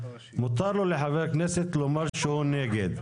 מותר לחבר כנסת לומר שהוא נגד,